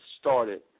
started